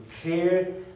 clear